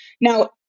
Now